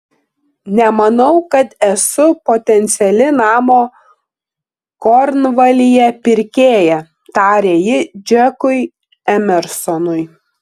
nemanau kad esu potenciali namo kornvalyje pirkėja tarė ji džekui emersonui